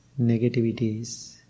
negativities